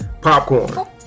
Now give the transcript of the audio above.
Popcorn